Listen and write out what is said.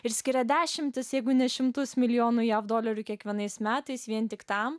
ir skiria dešimtis jeigu ne šimtus milijonų jav dolerių kiekvienais metais vien tik tam